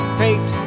fate